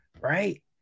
right